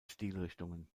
stilrichtungen